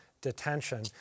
detention